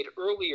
earlier